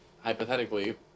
hypothetically